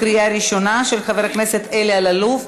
לקריאה ראשונה, של חבר הכנסת אלי אלאלוף.